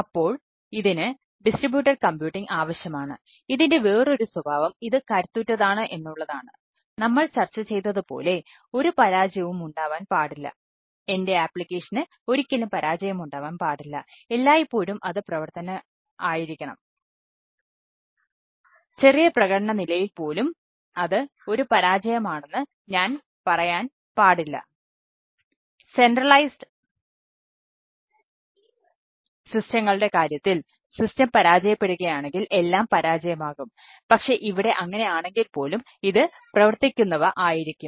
അപ്പോൾ ഇതിന് distributed computing പരാജയപ്പെടുകയാണെങ്കിൽ എല്ലാം പരാജയം ആകും പക്ഷേ ഇവിടെ അങ്ങനെ ആണെങ്കിൽ പോലും ഇത് പ്രവർത്തിക്കുന്നവ ആയിരിക്കും